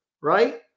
right